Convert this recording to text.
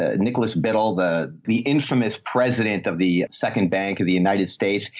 ah nicholas biddle, the, the infamous president of the second bank of the united states,